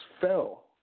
fell